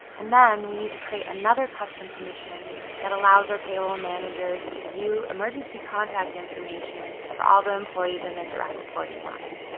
and, then we need to create another custom permission that allows our payroll managers to view emergency contact information for all the employees in their direct reporting line.